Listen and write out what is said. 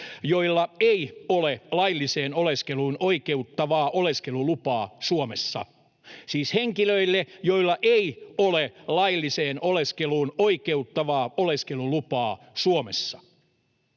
joilla ei ole lailliseen oleskeluun oikeuttavaa oleskelulupaa Suomessa — siis henkilöille, joilla ei ole lailliseen oleskeluun oikeuttavaa oleskelulupaa Suomessa.